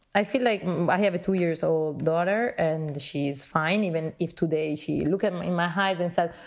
i feel like i have a two year old daughter and she's fine even if today she look at me in my hives and said,